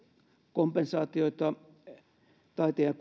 kompensaatioita taiteen ja